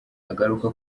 agaruka